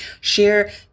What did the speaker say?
Share